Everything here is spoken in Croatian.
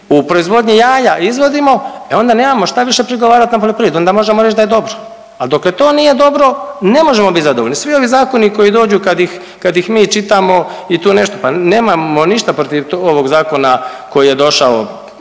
u proizvodnji jaja i izvozimo, e onda nemamo šta više prigovarat na poljoprivredu, onda možemo reć da je dobro, al dokle to nije dobro ne možemo bit zadovoljni, svi ovi zakoni koji dođu kad ih, kad ih mi čitamo i tu nešto, pa nemamo ništa protiv ovog zakona koji je došao,